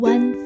One